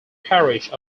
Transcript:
parish